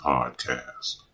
Podcast